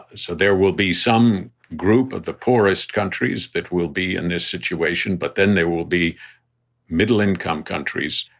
so there will be some group of the poorest countries that will be in this situation. but then they will be middle income countries.